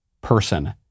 person